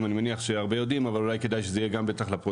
אני מניח שהרבה יודעים אבל אולי כדאי שיהיה לפרוטוקול,